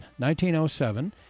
1907